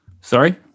Sorry